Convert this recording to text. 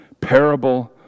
parable